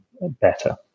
better